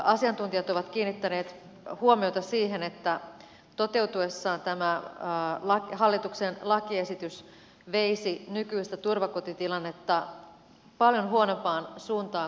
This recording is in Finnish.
asiantuntijat ovat kiinnittäneet huomiota siihen että toteutuessaan tämä hallituksen lakiesitys veisi turvakotitilannetta paljon nykyistä huonompaan suuntaan